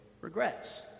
regrets